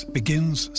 begins